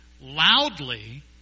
loudly